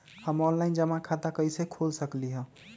हम ऑनलाइन जमा खाता कईसे खोल सकली ह?